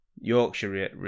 Yorkshire